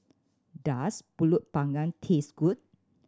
does Pulut Panggang taste good